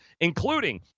including